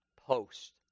post